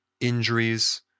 injuries